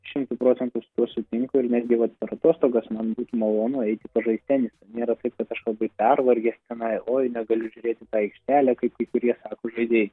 šimtu procentų su tuo sutinku ir netgi vat per atostogas man malonu eiti pažaist tenisą nėra taip kad aš labai pervargęs tenai oi negaliu žiūrėti į tą aikštelę kaip kai kurie sako žaidėjai